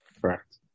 Correct